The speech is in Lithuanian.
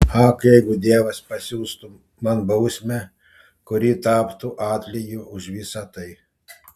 ak jeigu dievas pasiųstų man bausmę kuri taptų atlygiu už visa tai